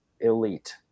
elite